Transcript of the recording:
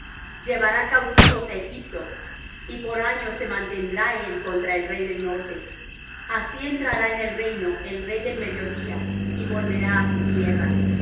llevará cautivos á egipto y por años se mantendrá él contra el rey del norte así entrará en el reino el rey del mediodía y volverá á su tierra